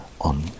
on